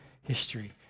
history